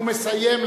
הוא מסיים,